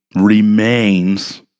remains